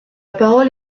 parole